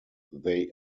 they